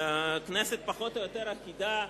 כנסת פחות או יותר אחידה,